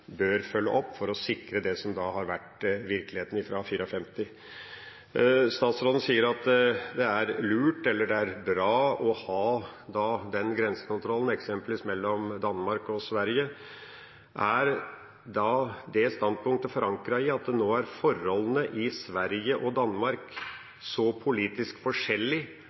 bør følge opp for å sikre det som har vært virkeligheten ifra 1954. Statsråden sier det er lurt eller det er bra å ha den grensekontrollen, eksempelvis mellom Danmark og Sverige. Er dette standpunktet forankret i det at nå er forholdene i Sverige og Danmark så politisk forskjellig